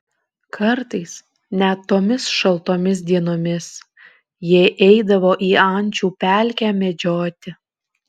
kartais net tomis šaltomis dienomis jie eidavo į ančių pelkę medžioti